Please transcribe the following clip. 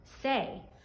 say